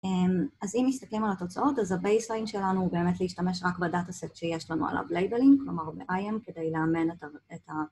אז אם מסתכלים על התוצאות, אז ה-baseline שלנו הוא באמת להשתמש רק בדאטה סט שיש לנו עליו labeling, כלומר ב-IAM, כדי לאמן את ה...